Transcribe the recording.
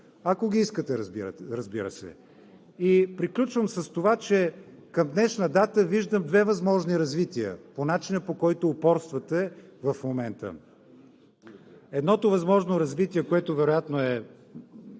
ако ги искате, разбира се. Приключвам с това, че към днешна дата виждам две възможни развития по начина, по който упорствате в момента. Едното възможно развитие, което вероятно ще